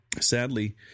sadly